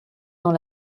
dans